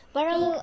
Parang